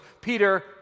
Peter